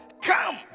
Come